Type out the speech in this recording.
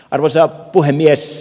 arvoisa puhemies